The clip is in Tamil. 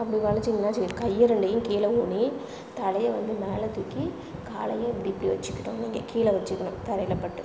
அப்படி வளைச்சீங்கன்னா வச்சீங்கள் கையை ரெண்டையும் கீழே ஊன்னி தலையை வந்து மேலே தூக்கி காலையும் இப்படி இப்படி வச்சிக்கிட்டால் நீங்கள் கீழே வச்சிக்கணும் தரையில் பட்டு